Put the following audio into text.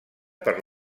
per